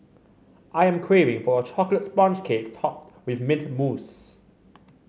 I am craving for a chocolate sponge cake topped with mint mousse